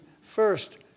first